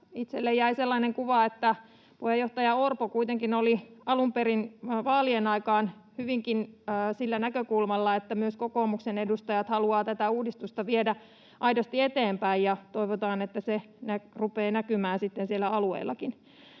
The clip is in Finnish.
Itselleni jäi sellainen kuva, että puheenjohtaja Orpo kuitenkin oli alun perin vaalien aikaan hyvinkin sillä näkökulmalla, että myös kokoomuksen edustajat haluavat tätä uudistusta viedä aidosti eteenpäin. Toivotaan, että se rupeaa näkymään siellä alueillakin.